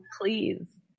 please